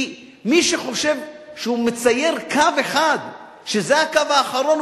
כי מי שחושב שהוא מצייר קו אחד וזה הקו האחרון,